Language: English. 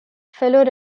fellow